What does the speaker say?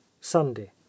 sunday